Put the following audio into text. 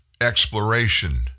exploration